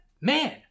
Man